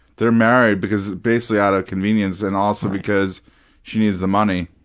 they're married because basically out of convenience and also because she needs the money.